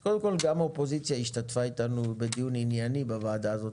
גם האופוזיציה השתתפה אתנו בדיון ענייני בוועדה הזאת.